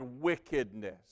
wickedness